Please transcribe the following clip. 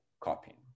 copying